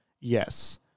Yes